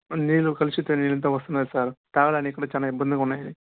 నీరు కలుషిత నీరు అంతా వస్తున్నాయి సార్ తాగడానికి కూడా చాలా ఇబ్బందిగా ఉన్నాయి